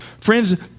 Friends